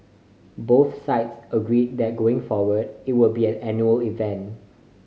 both sides agreed that going forward it would be an annual event